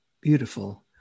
Beautiful